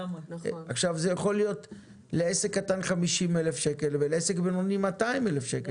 לעסק קטן זה יכול להיות 50,000 שקל ולעסק בינוני 200,000 שקלים,